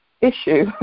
issue